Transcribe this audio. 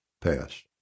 pass